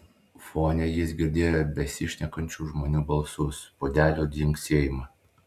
fone jis girdėjo besišnekančių žmonių balsus puodelių dzingsėjimą